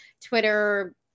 Twitter